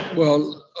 well,